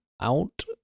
out